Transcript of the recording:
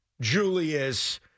Julius